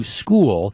school